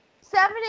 Seven